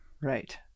right